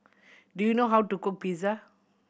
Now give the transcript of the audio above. do you know how to cook Pizza